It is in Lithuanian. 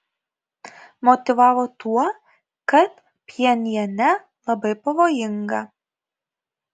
motyvavo tuo kad pchenjane labai pavojinga